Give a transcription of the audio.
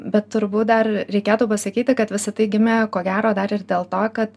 bet turbūt dar reikėtų pasakyti kad visa tai gimė ko gero dar ir dėl to kad